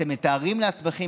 אתם מתארים לעצמכם,